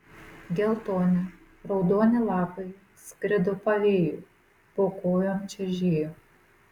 geltoni raudoni lapai skrido pavėjui po kojom čežėjo